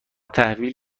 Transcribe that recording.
تحویل